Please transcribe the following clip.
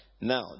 Now